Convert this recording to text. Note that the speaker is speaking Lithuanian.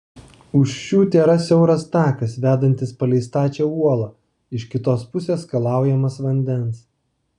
už šių tėra siauras takas vedantis palei stačią uolą iš kitos pusės skalaujamas vandens